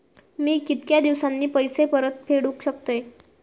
मी कीतक्या दिवसांनी पैसे परत फेडुक शकतय?